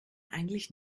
eigentlich